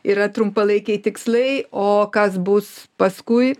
yra trumpalaikiai tikslai o kas bus paskui